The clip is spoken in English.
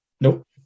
nope